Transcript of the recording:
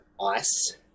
ice